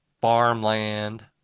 farmland